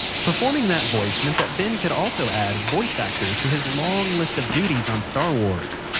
performing that voice meant that ben could also add voice actor to his long list of duties on star wars.